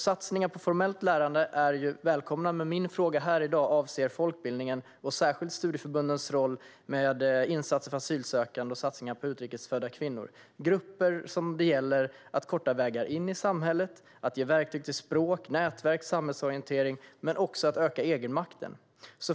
Satsningar på formellt lärande är välkomna, men min fråga här i dag avser folkbildningen och särskilt studieförbundens roll när det gäller insatser för asylsökande och satsningar på utrikesfödda kvinnor. Det är grupper som det gäller att korta vägarna in i samhället för och att ge verktyg till språk, nätverk och samhällsorientering men också öka egenmakten.